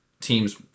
teams